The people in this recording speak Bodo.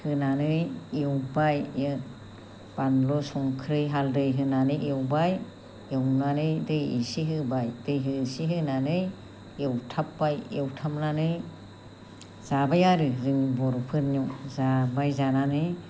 होनानै एवबाय बानलु संख्रि हाल्दै होनानै एवबाय एवनानै दै एसे होबाय दै एसे होनानै एवथाबबाय एवथाबनानै जाबाय आरो जों बर'फोरनियाव जाबाय जानानै